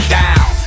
down